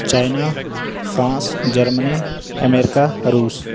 China France Germany America Russia